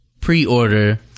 pre-order